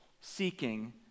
seeking